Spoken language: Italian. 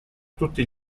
tutti